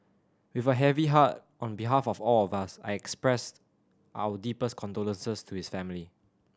with a heavy heart on behalf of all of us I expressed our deepest condolences to his family